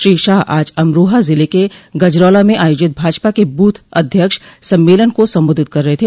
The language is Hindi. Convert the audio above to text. श्री शाह आज अमरोहा जिले के गजरौला में आयोजित भाजपा के बूथ अध्यक्ष सम्मेलन को संबोधित कर रहे थे